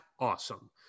awesome